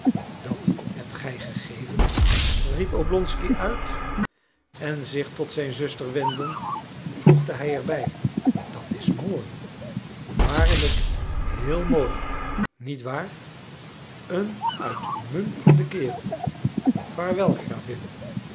dat hebt gij gegeven riep oblonsky uit en zich tot zijn zuster wendend voegde hij er bij dat is mooi waarlijk heel mooi niet waar een uitmuntende kerel vaarwel gravin